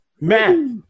Matt